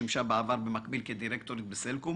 שימשה בעבר כדירקטורית בסלקום